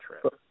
trip